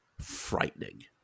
frightening